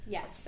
Yes